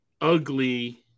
ugly